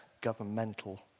governmental